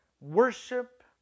worship